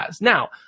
Now